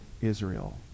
Israel